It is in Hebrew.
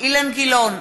אילן גילאון,